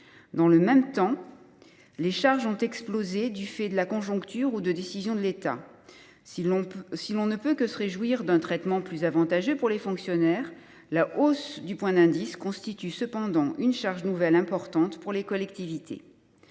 Dans le même temps, les charges ont explosé du fait de la conjoncture ou de décisions de l’État. Si l’on ne peut que se réjouir du traitement plus avantageux dont bénéficient les fonctionnaires, la hausse du point d’indice constitue cependant une charge nouvelle importante pour les collectivités.